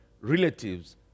relatives